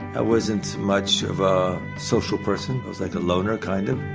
i wasn't much of a social person. i was like a loner kind of.